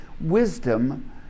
wisdom